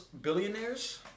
billionaires